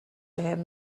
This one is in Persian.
بهم